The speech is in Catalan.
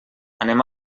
anem